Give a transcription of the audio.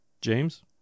James